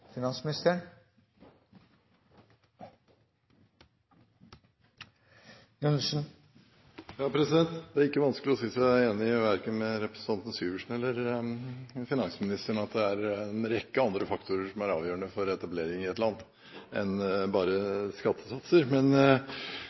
Syversen eller med finansministeren i at det er en rekke andre faktorer som er avgjørende for etablering i et land, enn bare skattesatser.